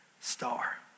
star